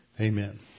Amen